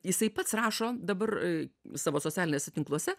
jisai pats rašo dabar savo socialiniuose tinkluose